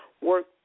work